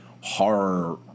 horror